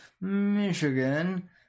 Michigan